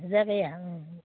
जागाया ओं